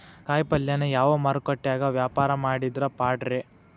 ಕಾಯಿಪಲ್ಯನ ಯಾವ ಮಾರುಕಟ್ಯಾಗ ವ್ಯಾಪಾರ ಮಾಡಿದ್ರ ಪಾಡ್ರೇ?